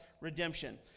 redemption